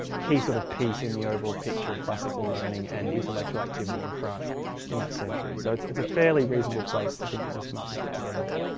key sort of piece in the overall picture of classical learning and intellectual activity in france in that century. so it's it's a fairly reasonable place to think that this might be put together there.